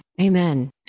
Amen